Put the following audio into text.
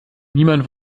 niemand